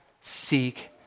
seek